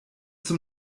zum